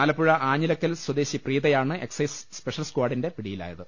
ആലപ്പുഴ ആഞ്ഞിലക്കൽ സ്വദേശി പ്രീതയാണ് excise special സ്കോഡിന്റെ പിടിയിലായത്